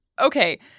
Okay